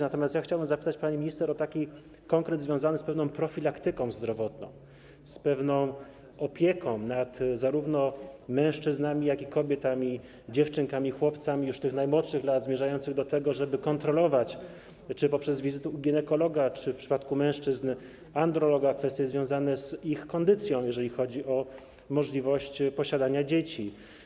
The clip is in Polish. Natomiast chciałbym zapytać panią minister o konkret związany z pewną profilaktyką zdrowotną, z pewną opieką zarówno nad mężczyznami, jak i kobietami, dziewczynkami, chłopcami, już od tych najmłodszych lat, zmierzającą do tego, żeby kontrolować - czy poprzez wizyty u ginekologa, czy w przypadku mężczyzn u androloga - kwestie związane z ich kondycją, jeżeli chodzi o możliwość posiadania dzieci.